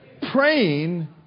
Praying